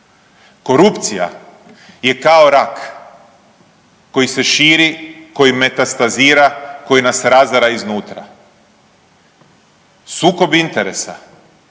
Korupcija je kao rak koji se širi, koji metastazira, koji nas razara iznutra, sukob interesa